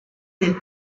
del